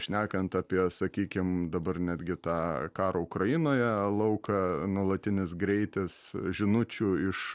šnekant apie sakykim dabar netgi tą karo ukrainoje lauką nuolatinis greitis žinučių iš